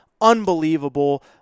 Unbelievable